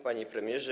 Panie Premierze!